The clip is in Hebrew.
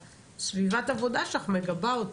וסביבת העבודה שלך מגבה אותך.